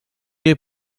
est